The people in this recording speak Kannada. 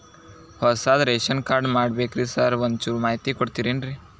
ಹೊಸದ್ ರೇಶನ್ ಕಾರ್ಡ್ ಮಾಡ್ಬೇಕ್ರಿ ಸಾರ್ ಒಂಚೂರ್ ಮಾಹಿತಿ ಕೊಡ್ತೇರೆನ್ರಿ?